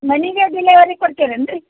ಮನೆಗೆ ಡಿಲೆವರಿ ಕೊಡ್ತೀರೇನ್ರಿ